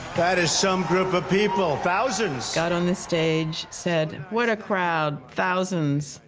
that is some group of people. thousands! got on the stage, said, what a crowd thousands!